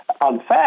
unfair